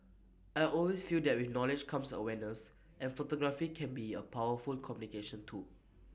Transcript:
I always feel that with knowledge comes awareness and photography can be A powerful communication tool